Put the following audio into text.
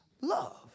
love